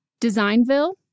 Designville